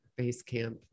Basecamp